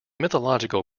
mythological